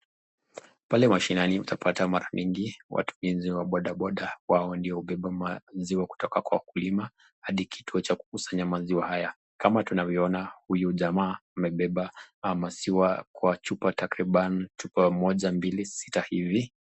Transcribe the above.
Pale mashinani utapata mara mingi watumizi wa bodaboda. Wao ndio ubeba maziwa kutoka kwa wakulima hadi kituo cha kukusanya maziwa haya. Kama tunavyoona huyu jamaa amebeba maziwa kwa chupa takriban chupa moja mbili sita hivi.